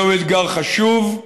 זהו אתגר חשוב,